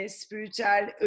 spiritual